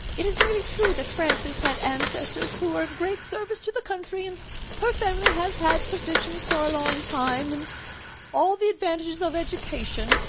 it is really true that frances had ancestors who were of great service to the country, and her family has had position for a long time, and all the advantages of education.